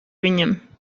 viņam